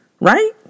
right